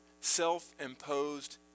self-imposed